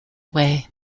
away